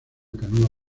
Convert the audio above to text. canoa